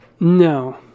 No